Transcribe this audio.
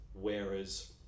Whereas